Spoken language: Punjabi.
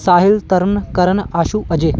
ਸਾਹਿਲ ਤਰਨ ਕਰਨ ਆਸ਼ੂ ਅਜੈ